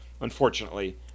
Unfortunately